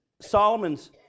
Solomon's